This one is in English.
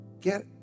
Get